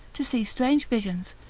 to see strange visions,